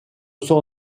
sont